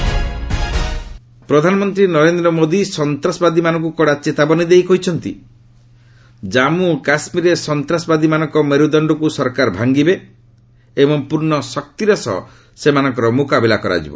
PM terror ପ୍ରଧାନମନ୍ତ୍ରୀ ନରେନ୍ଦ୍ର ମୋଦି ସନ୍ତାସବାଦୀମାନଙ୍କୁ କଡା ଚେତାବନୀ ଦେଇ କହିଛନ୍ତି ଜାନ୍ମୁ କାଶ୍ମୀରରେ ସନ୍ତାସବାଦୀମାନଙ୍କ ମେରୁଦଶ୍ଚକୁ ସରକାର ଭାଙ୍ଗିବେ ଏବଂ ପୂର୍ଣ୍ଣ ଶକ୍ତିର ସହ ସେମାନଙ୍କର ମୁକାବିଲା କରାଯିବ